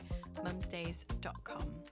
mumsdays.com